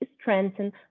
strengthen